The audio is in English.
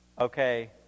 Okay